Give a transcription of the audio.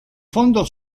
fondo